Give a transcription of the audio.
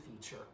feature